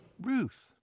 Ruth